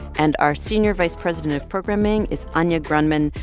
and our senior vice president of programming is anya grundmann.